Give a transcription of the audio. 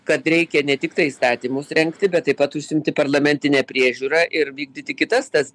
kad reikia ne tiktai įstatymus rengti bet taip pat užsiimti parlamentine priežiūra ir vykdyti kitas tas